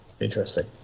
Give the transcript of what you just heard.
Interesting